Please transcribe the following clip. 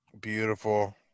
Beautiful